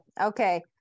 Okay